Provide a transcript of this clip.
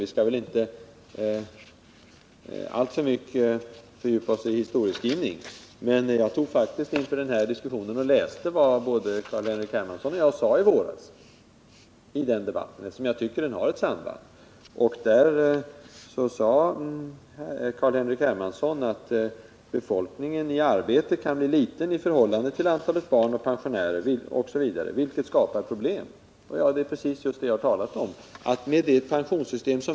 Vi skall inte alltför mycket fördjupa oss i historieskrivning, men inför den här diskussionen läste jag faktiskt vad både Carl-Henrik Hermansson och jag sade i debatten i våras, eftersom jag tycker att den har ett samband med den här diskussionen. Carl-Henrik Hermansson sade att befolkningen i arbete kan bli liten i förhållande till antalet barn och pensionärer, vilket skapar problem. Det är precis det jag har talat om.